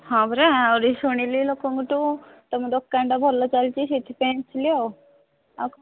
ହଁ ପରା ଆଜି ଶୁଣିଲି ଲୋକଙ୍କଠୁ ତୁମ ଦୋକାନଟା ଭଲ ଚାଲିଛି ସେଥିପାଇଁ ଆସିଲି ଆଉ